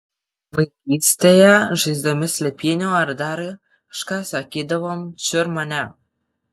vaikystėje žaisdami slėpynių ar dar kažką sakydavom čiur mane